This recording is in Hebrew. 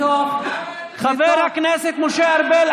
חבר הכנסת משה ארבל,